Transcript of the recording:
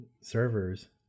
servers